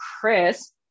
Chris